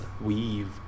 Weave